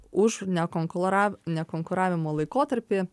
už nekonklora nekonkuravimo laikotarpį